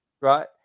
right